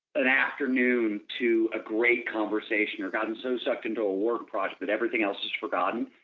an afternoon to a great conversation or gotten so sucked into a work process that everything else is forgotten,